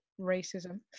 racism